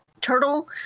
turtle